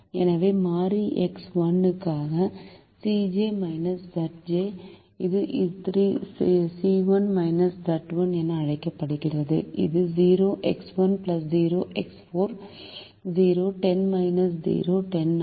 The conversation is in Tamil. எனவே மாறி X1 க்கான Cj Zj இது C1 Z1 என அழைக்கப்படுகிறது இது 0x1 0x4 0 10 0 10 ஆகும்